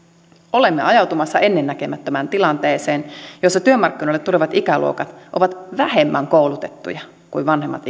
olemme ajautumassa ennennäkemättömään tilanteeseen jossa työmarkkinoille tulevat ikäluokat ovat vähemmän koulutettuja kuin vanhemmat